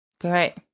Great